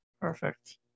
Perfect